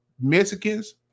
Mexicans